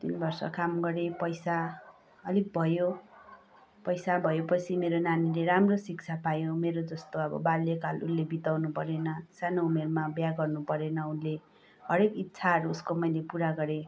तिन वर्ष काम गरेँ पैसा अलिक भयो पैसा भएपछि मेरो नानीले राम्रो शिक्षा पायो मेरो जस्तो बाल्यकाल उसले बिताउनु परेन सानो उमेरमा विवाह गर्नु परेन उसले हरेक इच्छाहरू उसको मैले उसको पुरा गरेँ